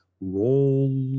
roll